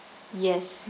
yes